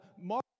Mark